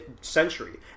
century